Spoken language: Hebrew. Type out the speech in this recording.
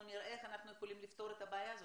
נראה איך אנחנו יכולים לפתור את הבעיה הזאת,